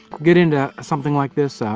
get into something like this.